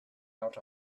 out